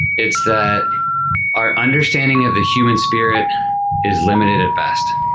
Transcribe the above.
it's that our understanding of the human spirit is limited at best.